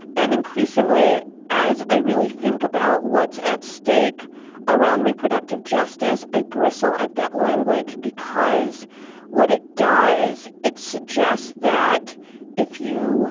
and increasingly as i really think about what's at stake around reproductive justice i bristle at that language because what it does it suggests that if you